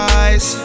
eyes